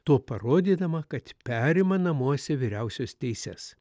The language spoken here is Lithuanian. tuo parodydama kad perima namuose vyriausios teises